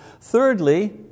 Thirdly